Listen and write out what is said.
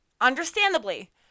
Understandably